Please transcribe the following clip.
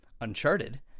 Uncharted